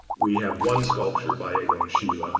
we have one sculpture by egon schiele. ah